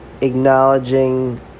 acknowledging